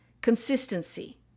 consistency